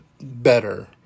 better